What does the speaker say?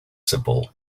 simple